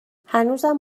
هنوزم